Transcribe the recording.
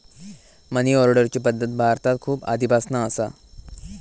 मनी ऑर्डरची पद्धत भारतात खूप आधीपासना असा